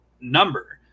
number